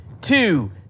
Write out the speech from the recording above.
two